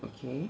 okay